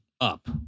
up